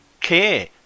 care